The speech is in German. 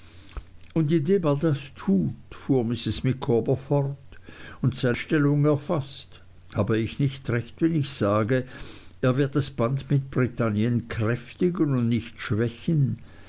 fuhr mrs micawber fort und seine stellung erfaßt habe ich nicht recht wenn ich sage er wird das band mit britannien kräftigen und nicht schwächen